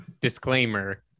disclaimer